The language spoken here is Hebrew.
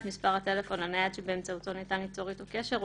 את מספר הטלפון הנייד שבאמצעותו ניתן ליצור אתו קשר או